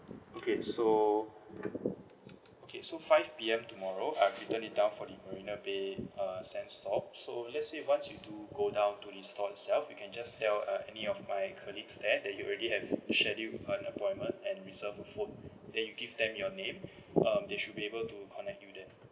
okay so okay so five P_M tomorrow I've written it down for the marina bay uh sand store so lets say once you do go down to the store itself you can just tell uh any of my colleagues there that you already have a scheduled an appointment and reserved a phone then you give them your name um they should be able to connect you there